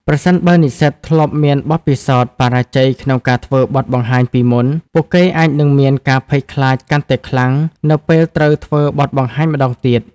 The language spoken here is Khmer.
ប្រសិនបើនិស្សិតធ្លាប់មានបទពិសោធន៍បរាជ័យក្នុងការធ្វើបទបង្ហាញពីមុន ពួកគេអាចនឹងមានការភ័យខ្លាចកាន់តែខ្លាំងនៅពេលត្រូវធ្វើបទបង្ហាញម្តងទៀត។